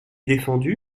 défendu